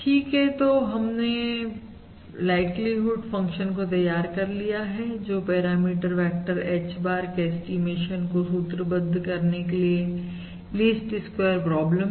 ठीक है तो हमने लाइक्लीहुड फंक्शन को तैयार कर लिया है और जो पैरामीटर वेक्टर H bar के ऐस्टीमेशन को सूत्रबद्ध करने के लिए लीस्ट स्क्वेयर प्रॉब्लम है